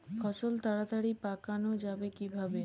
ফসল তাড়াতাড়ি পাকানো যাবে কিভাবে?